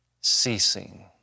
ceasing